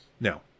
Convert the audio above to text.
Now